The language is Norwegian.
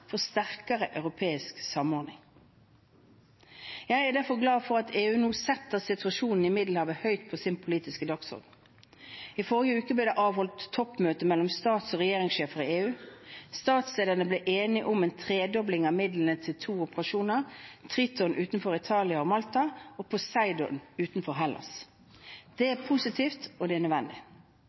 for sterkere europeisk samordning. Jeg er derfor glad for at EU nå setter situasjonen i Middelhavet høyt på sin politiske dagsorden. I forrige uke ble det avholdt toppmøte mellom stats- og regjeringssjefer i EU. Statslederne ble enige om en tredobling av midlene til to operasjoner: Triton, utenfor Italia og Malta, og Poseidon, utenfor Hellas. Det er positivt, og det er nødvendig.